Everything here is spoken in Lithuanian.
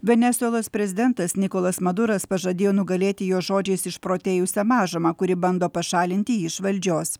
venesuelos prezidentas nikolas maduras pažadėjo nugalėti jo žodžiais išprotėjusią mažumą kuri bando pašalinti iš valdžios